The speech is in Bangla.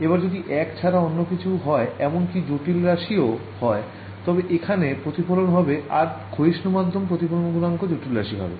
এবার যদি ১ ছাড়া অন্য কিছু হয় এমন কি জটিল রাশিও হয় তবেই এখানে প্রতিফলন হবে আর ক্ষয়িষ্ণু মাধ্যমে প্রতিফলন গুনাঙ্ক জটিল রাশি হবে